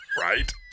right